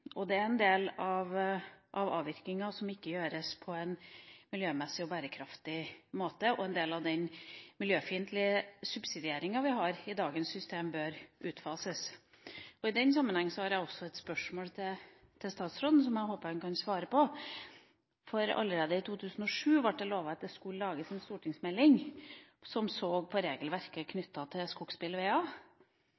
Det er en del av avvirkinga som ikke gjøres på en miljømessig bærekraftig måte, og en del av den miljøfiendtlige subsidieringa vi har i dagens system, bør utfases. I den sammenheng har jeg et spørsmål til statsråden, som jeg håper han kan svare på. Allerede i 2007 ble det lovet at det skulle lages en stortingsmelding som skulle se på regelverket